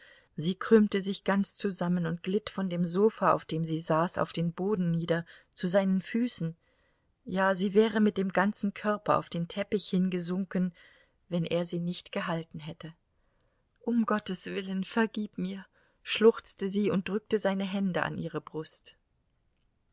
sie krümmte sich ganz zusammen und glitt von dem sofa auf dem sie saß auf den boden nieder zu seinen füßen ja sie wäre mit dem ganzen körper auf den teppich hingesunken wenn er sie nicht gehalten hätte um gottes willen vergib mir schluchzte sie und drückte seine hände an ihre brust